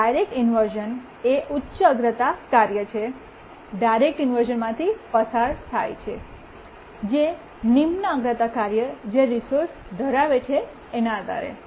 direct inversion એ ઉચ્ચ અગ્રતા કાર્ય છે ડાયરેક્ટ ઇન્વર્શ઼નમાથી પસાર થાય છે જે નિમ્ન અગ્રતા કાર્ય જે રિસોર્સ ધરાવે છે એના આધારે